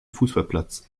fußballplatz